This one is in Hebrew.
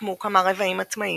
הוקמו כמה רבעים עצמאיים,